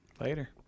Later